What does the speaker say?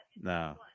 No